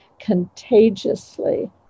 contagiously